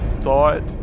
thought